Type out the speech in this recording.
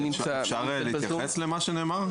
אפשר להתייחס למה שנאמר?